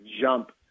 jump